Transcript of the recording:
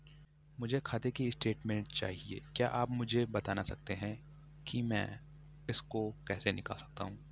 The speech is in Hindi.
मुझे खाते की स्टेटमेंट चाहिए क्या आप मुझे बताना सकते हैं कि मैं इसको कैसे निकाल सकता हूँ?